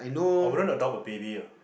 I wouldn't adopt a baby ah